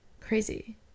Crazy